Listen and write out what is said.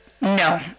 no